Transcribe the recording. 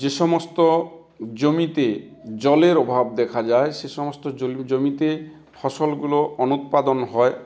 যে সমস্ত জমিতে জলের অভাব দেখা যায় সে সমস্ত জলীয় জমিতে ফসলগুলো অনুৎপাদন হয়